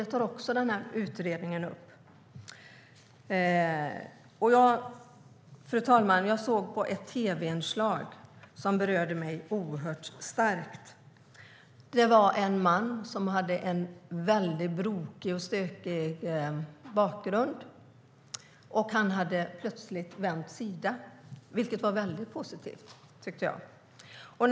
Det tar utredningen också upp. Fru talman! Jag såg ett tv-inslag som berörde mig oerhört starkt. Det var en man som hade en väldigt brokig och stökig bakgrund. Han hade plötsligt bytt sida, vilket jag tyckte var väldigt positivt.